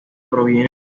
provienen